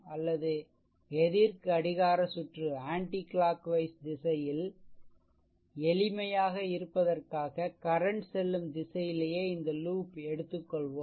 அல்லது எதிர் கடிகார சுற்று திசையில் எளிமையாக இருப்பதற்காக கரண்ட் செல்லும் திசையிலேயே இந்த லூப் எடுத்துக்கொள்வோம்